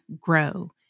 grow